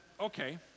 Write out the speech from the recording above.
okay